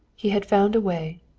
he had found a way.